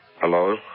hello